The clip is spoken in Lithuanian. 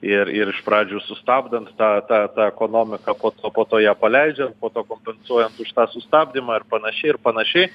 ir ir iš pradžių sustabdant tą tą tą ekonomiką po to po to ją paleidžiant po to kompensuojant už tą sustabdymą ir panašiai ir panašiai